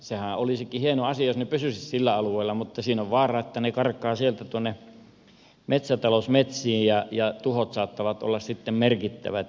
sehän olisikin hieno asia jos ne pysyisivät sillä alueella mutta siinä on vaara että ne karkaavat sieltä tuonne metsäta lousmetsiin ja tuhot saattavat olla sitten merkittävät